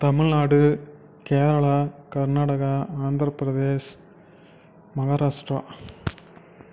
Tamil Nadu Kerala Karnataka Andhra Pradesh Maharashtra